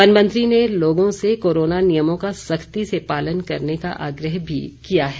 one मंत्री ने लोगों से कोरोना नियमों का सख्ती से पालन करने का आग्रह भी किया है